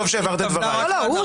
דרעי עבריין